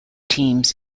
teams